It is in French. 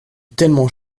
tellement